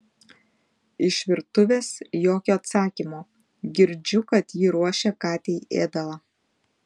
iš virtuvės jokio atsakymo girdžiu kad ji ruošia katei ėdalą